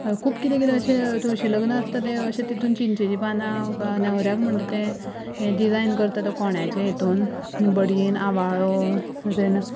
खूब कितें कितें अशें तुळशी लग्न आसता अशें तितून चिंचेची पानां न्हवऱ्याक म्हणटा तें हें डिजायन करता तो कोंड्याचे हितून बड्येन आंबाळो देन